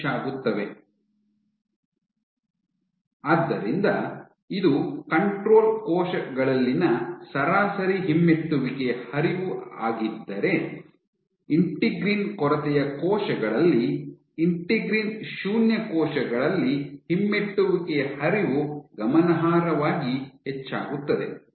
ಆದ್ದರಿಂದ ಇದು ಕಂಟ್ರೋಲ್ ಕೋಶಗಳಲ್ಲಿನ ಸರಾಸರಿ ಹಿಮ್ಮೆಟ್ಟುವಿಕೆಯ ಹರಿವು ಆಗಿದ್ದರೆ ಇಂಟಿಗ್ರಿನ್ ಕೊರತೆಯ ಕೋಶಗಳಲ್ಲಿ ಇಂಟಿಗ್ರಿನ್ ಶೂನ್ಯ ಕೋಶಗಳಲ್ಲಿ ಹಿಮ್ಮೆಟ್ಟುವಿಕೆಯ ಹರಿವು ಗಮನಾರ್ಹವಾಗಿ ಹೆಚ್ಚಾಗುತ್ತದೆ